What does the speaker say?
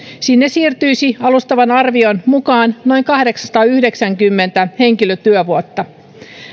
sinne siirtyisi alustavan arvion mukaan noin kahdeksansataayhdeksänkymmentä henkilötyövuotta